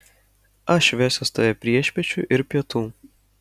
aš vesiuos tave priešpiečių ir pietų